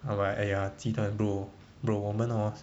!aiyo! !aiya! 鸡蛋 bro bro 我们 hor